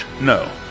No